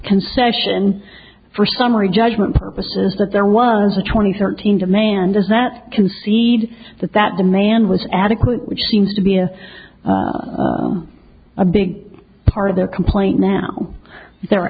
concession for summary judgment purposes that there was a twenty thirty and a man does that concede that that the man was adequate which seems to be a a big part of their complaint now there are